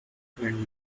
when